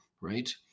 right